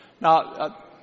Now